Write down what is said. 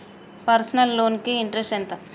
Personal loan కి interest ఎంత?